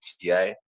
TI